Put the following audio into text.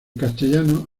castellano